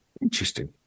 Interesting